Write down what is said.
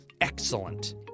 Excellent